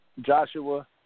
Joshua